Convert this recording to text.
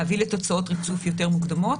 להביא לתוצאות ריצוף יותר מוקדמות.